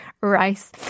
rice